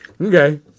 Okay